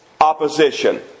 opposition